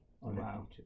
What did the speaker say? Wow